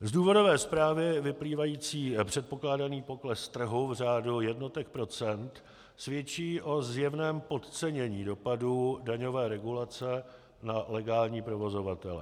Z důvodové zprávy vyplývající předpokládaný pokles trhu v řádu jednotek procent svědčí o zjevném podcenění dopadů daňové regulace na legální provozovatele.